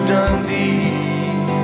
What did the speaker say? Dundee